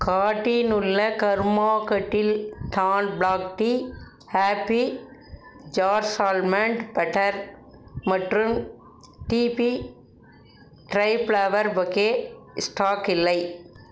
கார்ட்டில் உள்ள Karma Kettle dawn black tea Happy Jars almond butter மற்றும் DP dry flower bouquet stock இல்லை